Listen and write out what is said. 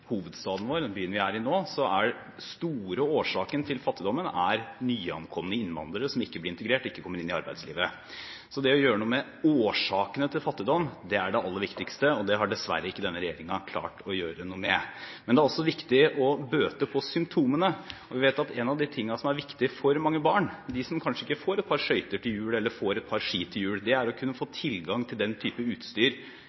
hovedstaden vår, den byen vi er i nå, er den store årsaken til fattigdom, nyankomne innvandrere som ikke blir integrert, og som ikke kommer inn i arbeidslivet. Det å gjøre noe med årsakene til fattigdom er det aller viktigste, og det har dessverre ikke denne regjeringen klart å gjøre noe med. Men det er også viktig å bøte på symptomene. Vi vet at en av de tingene som er viktige for mange barn, de som kanskje ikke får et par skøyter eller et par ski til jul, er å kunne få